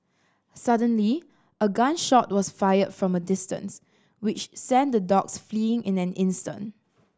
suddenly a gun shot was fired from a distance which sent the dogs fleeing in an instant